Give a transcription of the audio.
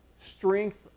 strength